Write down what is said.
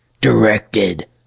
directed